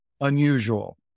unusual